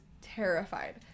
terrified